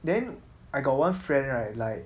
then I got one friend right like